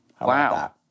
Wow